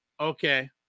Okay